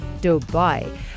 Dubai